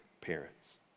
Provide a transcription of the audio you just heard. parents